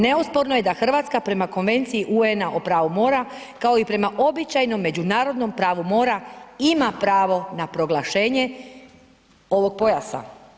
Neosporno je da RH prema Konvenciji UN-a o pravu mora, kao i prema običajnom međunarodnom pravu mora ima pravo na proglašenje ovog pojasa.